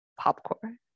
popcorn